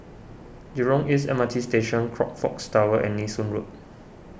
Jurong East M R T Station Crockfords Tower and Nee Soon Road